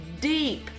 deep